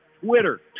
Twitter